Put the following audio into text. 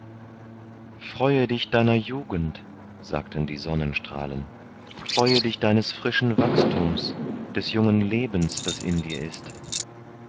freue dich deiner jugend sagten die sonnenstrahlen freue dich deines frischen wachstums des jungen lebens das in dir ist